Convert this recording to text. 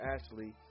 Ashley